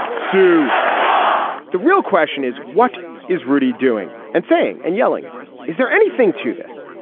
sue the real question is what is rudy doing and saying and yelling is there anything to this.